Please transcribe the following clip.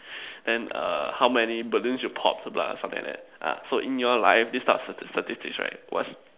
then err how many balloons you popped lah something like that uh so in your life this type of statistic statistics right what's